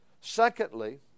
Secondly